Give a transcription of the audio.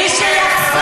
מי שיחסום כבישים,